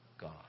God